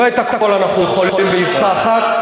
לא את הכול אנחנו יכולים באבחה אחת,